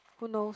who knows